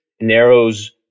narrows